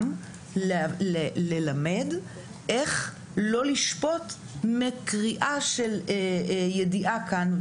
גם ללמד איך לא לשפוט מקריאה של ידיעה כאן,